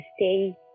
stay